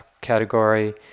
category